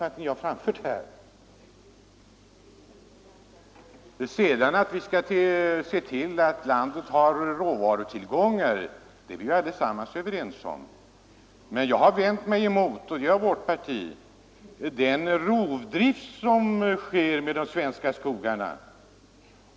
Att man skall se till att landet har råvarutillgångar, det är vi allesammans överens om. Jag har vänt mig mot — det gör vårt parti — den rovdrift som sker i de svenska skogarna.